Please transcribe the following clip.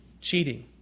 cheating